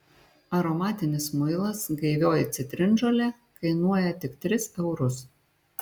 aromatinis muilas gaivioji citrinžolė kainuoja tik tris eurus